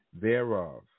Thereof